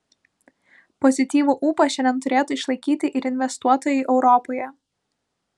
pozityvų ūpą šiandien turėtų išlaikyti ir investuotojai europoje